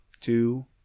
two